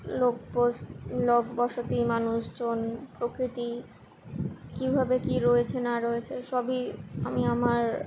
লোকবস লোকবসতি মানুষজন প্রকৃতি কীভাবে কী রয়েছে না রয়েছে সবই আমি আমার